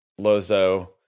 Lozo